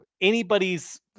anybody's